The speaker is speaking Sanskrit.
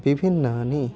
विभिन्नानि